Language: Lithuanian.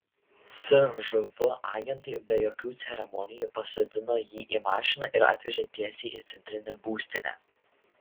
cžv agentai be jokių ceremonijų pasodino jį į mašiną ir atvežė tiesiai į centrinę būstinę